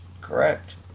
correct